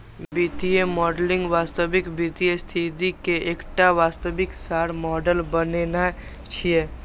वित्तीय मॉडलिंग वास्तविक वित्तीय स्थिति के एकटा वास्तविक सार मॉडल बनेनाय छियै